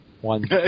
one